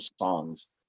songs